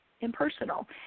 impersonal